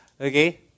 okay